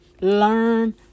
Learn